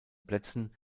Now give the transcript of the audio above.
plätzen